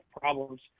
problems